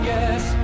Yes